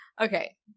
Okay